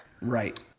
right